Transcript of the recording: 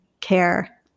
care